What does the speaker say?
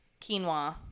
quinoa